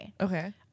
Okay